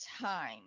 time